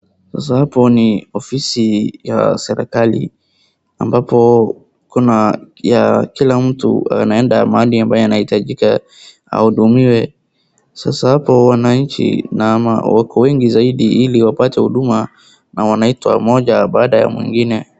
Sasa apo ni ofisi ya serikali ambapo kuna ya kila mtu anaenda mahali ambaye anahitajika ahudumiwe. Sasa hapo wananchi na wako wengi zaidi ili wapate huduma na wanaitwa mmoja baada ya mwingine.